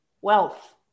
Wealth